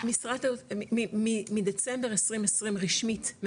מדצמבר 2020 רשמית,